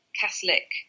Catholic